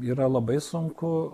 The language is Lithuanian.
yra labai sunku